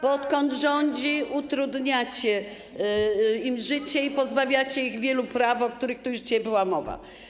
bo odkąd rządzi, utrudniacie im życie i pozbawiacie je wielu praw, o których tu już dzisiaj była mowa.